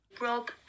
Rob